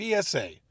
PSA